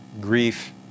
grief